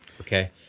okay